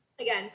again